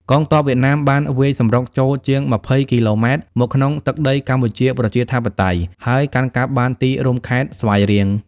កងទ័ពវៀតណាមបានវាយសម្រុកចូលជាង ២០ គីឡូម៉ែត្រមកក្នុងទឹកដីកម្ពុជាប្រជាធិបតេយ្យ ហើយកាន់កាប់បានទីរួមខេត្តស្វាយរៀង។